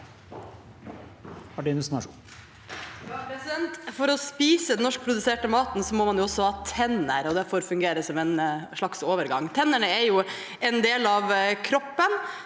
For å spi- se den norskproduserte maten må man ha tenner – det får fungere som en slags overgang. Tennene er jo en del av kroppen